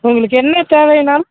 உங்களுக்கு என்ன தேவைன்னாலும்